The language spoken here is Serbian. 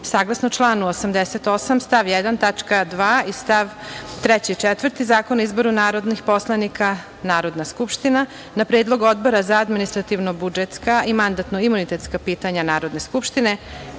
članu 88. stav 1. tačka 2. i stav 3. i 4. Zakona o izboru narodnih poslanika, Narodna skupština na Predlog Odbora za administrativno budžetska i mandatno imunitetska pitanja Narodne skupštine